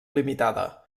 limitada